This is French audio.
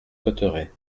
cotterêts